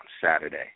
Saturday